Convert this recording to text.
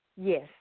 Yes